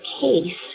case